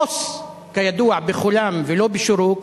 כוס, כידוע, בחולם, ולא בשורוק,